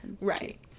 Right